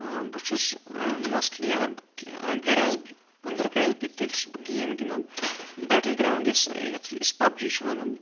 بہٕ چُھس موسٹلی اَگر بہٕ گرِ آسہٕ أنٛدرٕکنۍ بِہتھ تیٚلہِ چُھس بہٕ گیم گنٛدان بیتٕلۍ گریٚونٛڈ یَتھ أسۍ پب جی چھِ وَنان